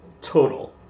total